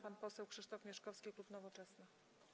Pan poseł Krzysztof Mieszkowski, klub Nowoczesna.